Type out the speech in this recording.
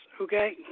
okay